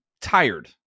tired